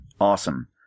awesome